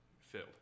filled